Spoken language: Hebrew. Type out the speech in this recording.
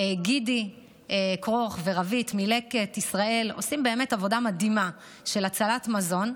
גידי כרוך ורוית מלקט ישראל עושים באמת עבודה מדהימה של הצלת מזון,